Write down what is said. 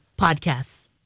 podcasts